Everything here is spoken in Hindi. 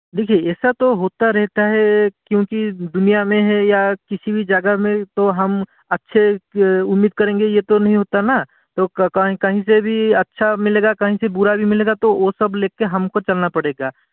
देखिए ऐसा तो होता रहता है क्योंकि दुनिया में है या किसी भी जगह में तो हम अच्छे उम्मीद करेंगे ये तो नहीं होता ना तो कहीं से भी अच्छा मिलेगा कहीं से बुरा भी मिलेगा तो ओ सब लेके हमको चलना पड़ेगा